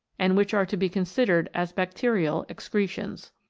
and which are to be considered as bacterial excre tions.